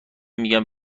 میگن